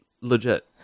Legit